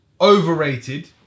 overrated